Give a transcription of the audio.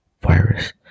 virus